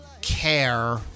care